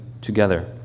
together